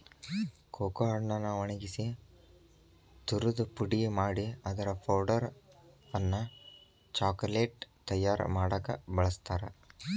cocoa ಹಣ್ಣನ್ನ ಒಣಗಿಸಿ ತುರದು ಪುಡಿ ಮಾಡಿ ಅದರ ಪೌಡರ್ ಅನ್ನ ಚಾಕೊಲೇಟ್ ತಯಾರ್ ಮಾಡಾಕ ಬಳಸ್ತಾರ